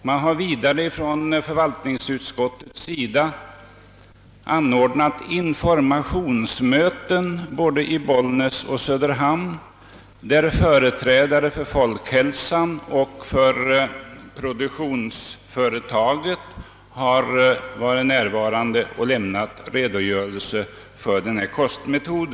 Man har vidare från förvaltningsutskottets sida anordnat informationsmöten både i Bollnäs och i Söderhamn, där företrädare för folkhälsoinstitutet och för produktionsföretagen har varit närvarande och lämnat redogörelser för denna kostmetod.